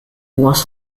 was